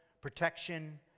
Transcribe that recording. protection